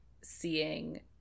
seeing